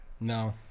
no